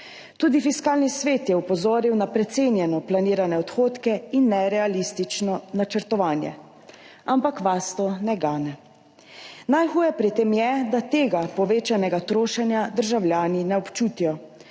Tudi Fiskalni svet je opozoril na precenjeno planirane odhodke in nerealistično načrtovanje, ampak vas to ne gane. Najhuje pri tem je, da tega povečanega trošenja državljani ne občutijo.